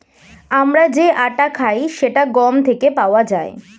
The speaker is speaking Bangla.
আমরা যে আটা খাই সেটা গম থেকে পাওয়া যায়